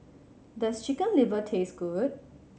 does Chicken Liver taste good